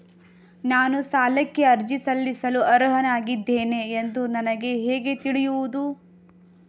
ನಾನು ಸಾಲಕ್ಕೆ ಅರ್ಜಿ ಸಲ್ಲಿಸಲು ಅರ್ಹನಾಗಿದ್ದೇನೆ ಎಂದು ನನಗೆ ಹೇಗೆ ತಿಳಿಯುವುದು?